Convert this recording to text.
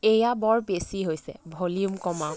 এইয়া বৰ বেছি হৈছে ভলিউম কমাওক